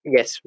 Yes